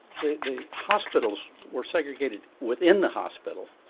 the hospitals were segregated within the hospital.